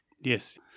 Yes